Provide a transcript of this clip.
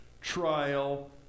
trial